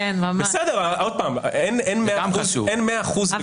בסדר, אין מאה אחוז.